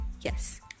yes